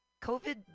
COVID